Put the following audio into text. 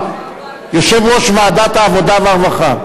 הבושה,